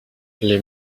les